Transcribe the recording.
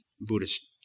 Buddhist